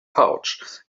pouch